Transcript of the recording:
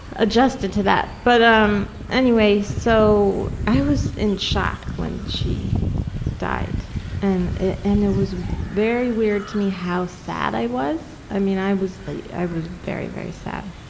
adjusted to that, but um anyway, so i was in shock when she died and it and it was very weird to me how sad i was, i mean, i was like i was very, very sad